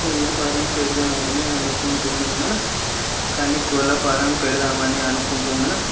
కోళ్ళ ఫారం పెడదామని అనుకుంటునున్నాను కానీ కోళ్ళఫారం పెడదామని అనుకుంటున్నాను